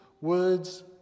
words